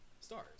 stars